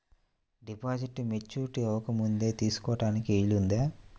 డిపాజిట్ను మెచ్యూరిటీ అవ్వకముందే తీసుకోటానికి వీలుందా?